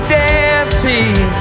dancing